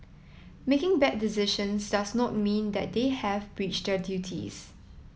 making bad decisions does not mean that they have breached their duties